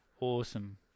Awesome